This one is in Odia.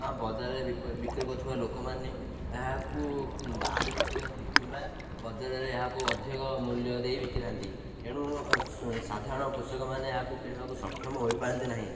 ବଜାରରେ ବିକ୍ରୟ କରୁଥିବା ଲୋକମାନେ ଏହାକୁ ବାହାରେ ବିକି ଦିଅନ୍ତି କିମ୍ବା ବଜାରରେ ଏହାକୁ ଅଧିକ ମୂଲ୍ୟ ଦେଇ ବିକିଥାନ୍ତି ଏଣୁ ସାଧାରଣ କୃଷକମାନେ ଏହାକୁ କିଣିବାକୁ ସକ୍ଷମ ହୋଇପାରନ୍ତି ନାହିଁ